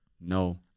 No